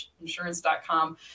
insurance.com